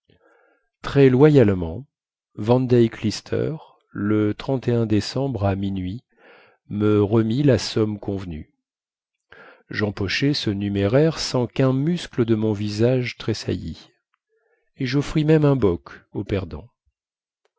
très loyalement van deyck lister le décembre à minuit me remit la somme convenue jempochai ce numéraire sans quun muscle de mon visage tressaillît et joffris même un bock au perdant